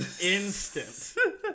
instant